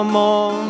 more